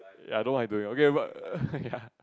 ya no migraine okay but err ya